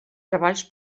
treballs